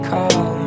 Call